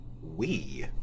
we